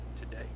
today